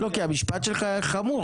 לא, כי המשפט שלך חמור.